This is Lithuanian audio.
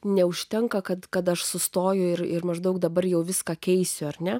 neužtenka kad kad aš sustoju ir ir maždaug dabar jau viską keisiu ar ne